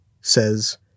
says